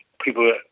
People